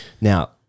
Now